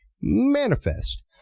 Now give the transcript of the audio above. manifest